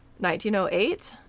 1908